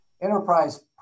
enterprise